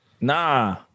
Nah